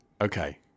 Okay